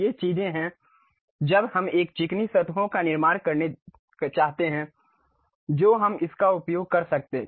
ये चीजें हैं जब हम एक चिकनी सतहों का निर्माण करना चाहते हैं जो हम इसका उपयोग करते हैं